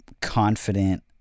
confident